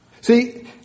See